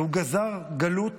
והוא גזר גלות